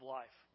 life